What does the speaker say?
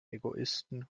egoisten